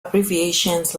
abbreviations